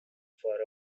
for